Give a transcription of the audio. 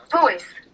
voice